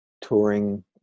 touring